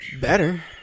Better